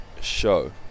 show